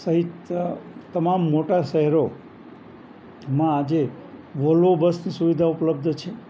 સહિત તમામ મોટાં શહેરોમાં આજે વોલ્વો બસની સુવિધા ઉપલબ્ધ છે